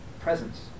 presence